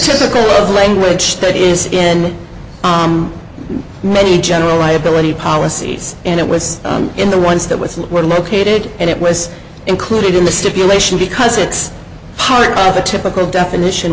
typical of language that is in many general liability policies and it was in the ones that with were located and it was included in the stipulation because it's part of the typical definition